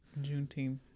Juneteenth